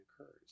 occurs